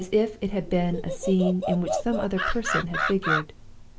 as if it had been a scene in which some other person had figured.